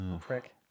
prick